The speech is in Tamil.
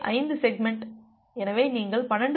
5 செக்மெண்ட் எனவே நீங்கள் 12